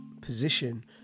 position